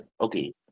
okay